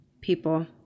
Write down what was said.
people